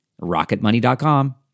rocketmoney.com